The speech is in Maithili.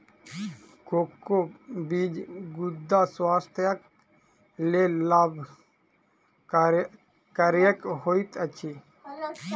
कोको बीज गुर्दा स्वास्थ्यक लेल लाभकरक होइत अछि